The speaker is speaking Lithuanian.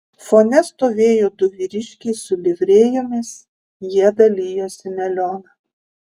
fone stovėjo du vyriškiai su livrėjomis jie dalijosi melioną